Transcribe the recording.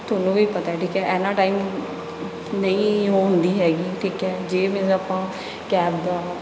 ਤੁਹਾਨੂੰ ਵੀ ਪਤਾ ਠੀਕ ਹੈ ਇੰਨਾ ਟਾਈਮ ਨਹੀਂ ਉਹ ਹੁੰਦੀ ਹੈਗੀ ਠੀਕ ਹੈ ਜੇ ਮੀਨਜ਼ ਆਪਾਂ ਕੈਬ ਦਾ